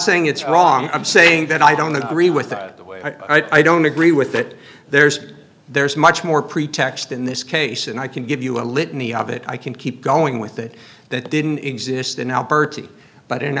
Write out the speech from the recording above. it's wrong i'm saying that i don't agree with the way i don't agree with that there's there's much more pretext in this case and i can give you a litany of it i can keep going with it that didn't exist in alberta but i